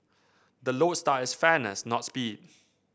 the lodestar is fairness not speed